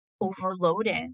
overloaded